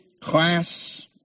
class